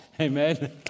Amen